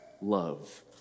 love